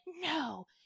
no